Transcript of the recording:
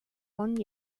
one